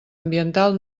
ambiental